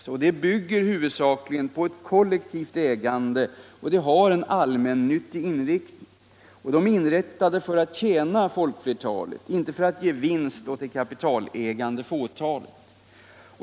De principerna bygger huvudsakligen på ett kollektivt ägande, och de har en allmännyttig inriktning. De är inrättade för att tjäna folkflertalet, inte för att ge vinst åt det kapitalägande fåtalet.